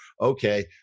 Okay